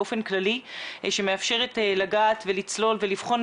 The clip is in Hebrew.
באופן כללי שמאפשרת לגעת ולצלול ולבחון